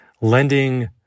lending